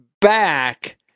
back